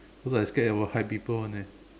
because I scared they will hide people [one] eh